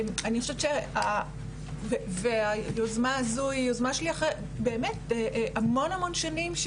אני חושבת שהיוזמה הזו היא באמת אחרי המון שנים,